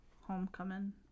homecoming